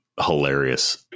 hilarious